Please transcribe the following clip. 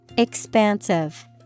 Expansive